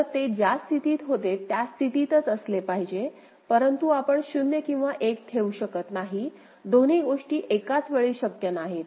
तर ते ज्या स्थितीत होते त्या स्थितीतच असले पाहिजे परंतु आपण 0 किंवा 1 ठेवू शकत नाही दोन्ही गोष्टी एकाच वेळी शक्य नाहीत